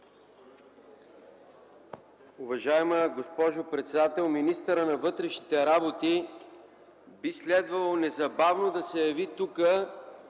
Уважаема госпожо председател! Министърът на вътрешните работи би следвало незабавно да се яви тук